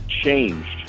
changed